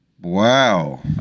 Wow